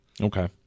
Okay